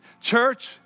Church